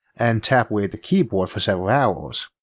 and tap away at the keyboard for several hours,